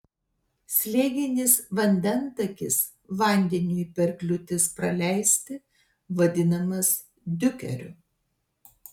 slėginis vandentakis vandeniui per kliūtis praleisti vadinamas diukeriu